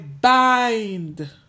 bind